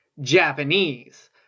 Japanese